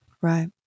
Right